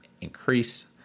increase